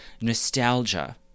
nostalgia